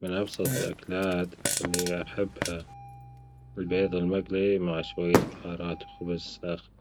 من أبسط الأكلات التي أحبها البيض المجلي مع شوية بهارات وخبز ساخن